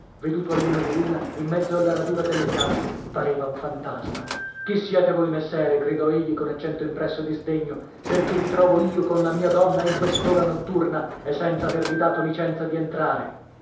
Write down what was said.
veduto a lume di luna in mezzo alla radura delle piante pareva un fantasma chi siete voi messere gridò egli con accento impresso di sdegno perchè vi trovo io con la mia donna in quest'ora notturna e senza avervi dato licenza di entrare